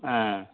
ஆ